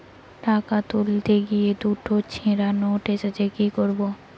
টাকা তুলতে গিয়ে দুটো ছেড়া নোট এসেছে কি করবো?